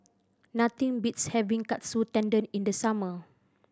nothing beats having Katsu Tendon in the summer